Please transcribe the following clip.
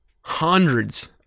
hundreds